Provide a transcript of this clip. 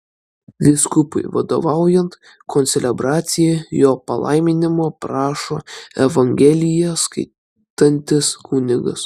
vyskupui vadovaujant koncelebracijai jo palaiminimo prašo evangeliją skaitantis kunigas